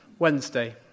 Wednesday